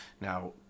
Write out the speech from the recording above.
now